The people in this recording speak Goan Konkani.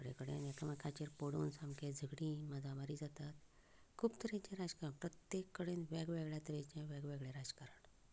थोडे कडेन एकामेकांचेर पडून सामकें झगडीं मारा मारी जातात खूब तरेचें राजकरण प्रत्येक कडेन वेगवेगळे तरेचें वेगवेगळें राजकारण